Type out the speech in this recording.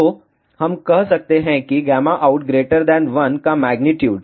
तो हम कह सकते हैं कि out1 का मेग्नीट्यूड